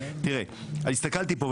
הסתכלתי פה,